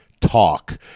talk